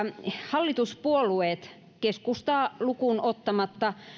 hallituspuolueet keskustaa lukuun ottamatta